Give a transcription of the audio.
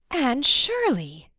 anne shirley!